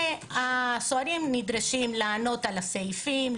והסוהרים נדרשים לענות על הסעיפים,